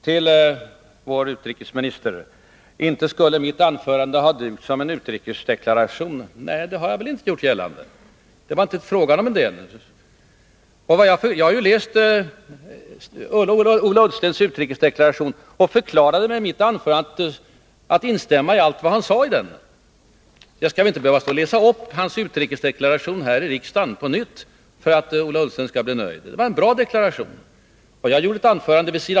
Till vår utrikesminister, som inte tyckte att mitt anförande skulle ha dugt som en utrikesdeklaration, vill jag säga: Det har jag inte heller gjort gällande. Det var inte alls fråga om det. Jag har läst Ola Ullstens utrikesdeklaration, och jag förklarade i mitt anförande att jag kunde instämma i i stort sett allt vad han sagt i den. Det var en bra deklaration. Jag skall väl inte behöva stå här i riksdagen och läsa upp hans utrikesdeklaration på nytt för att han skall bli nöjd?